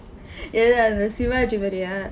எது அந்த சிவாஜி மாதிரியா:ethu andtha sivaagji maathiriyaa